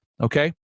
okay